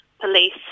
police